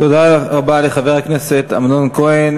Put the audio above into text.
תודה רבה לחבר הכנסת אמנון כהן.